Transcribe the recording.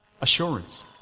assurance